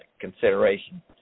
consideration